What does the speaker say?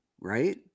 right